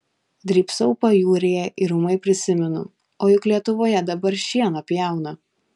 drybsau pajūryje ir ūmai prisimenu o juk lietuvoje dabar šieną pjauna